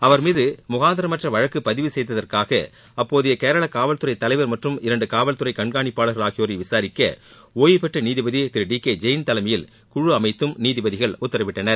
அவர் மீது முகாந்திரமற்ற வழக்கு பதிவு செய்ததற்காக அப்போதைய கேரள காவல்துறை தலைவர் மற்றும் இரண்டு காவல்துறை கண்காணிப்பாளர்கள் ஆகியோரை விசாரிக்க ஒய்வுபெற்ற நீதிபதி திரு டி கே ஜெயின் தலைமையில் குழு அமைத்தும் நீதிபதிகள் உத்தரவிட்டனர்